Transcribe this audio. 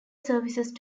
service